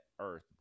Earth